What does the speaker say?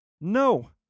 No